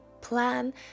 plan